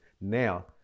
Now